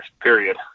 period